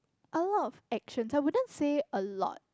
a lot of actions I wouldn't say a lot